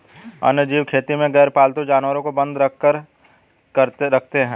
वन्यजीव खेती में गैरपालतू जानवर को बंद करके रखते हैं